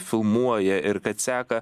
filmuoja ir kad seka